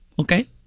Okay